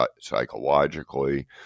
psychologically